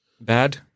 bad